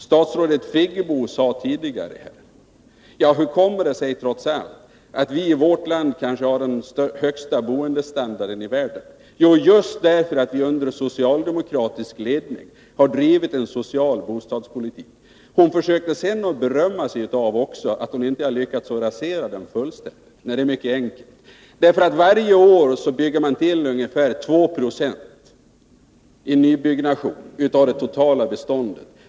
Statsrådet Friggebo sade tidigare här: Hur kommer det sig att vi i vårt land kanske trots allt har den högsta boendestandarden i världen? — Jo, just därför att vi under socialdemokratisk ledning har drivit en social bostadspolitik. Hon försökte sedan också berömma sig av att hon inte har lyckats rasera den fullständigt. Det är mycket enkelt. Varje år har man byggt - i nybyggnation — ungefär 2 Jo av det totala beståndet.